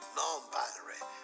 non-binary